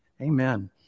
Amen